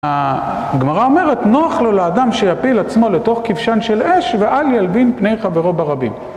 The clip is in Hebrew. הגמרא אומרת נוח לו לאדם שיפיל עצמו לתוך כבשן של אש ואל ילבין פני חברו ברבים